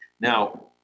Now